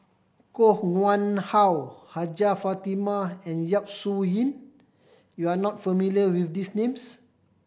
Koh Nguang How Hajjah Fatimah and Yap Su Yin you are not familiar with these names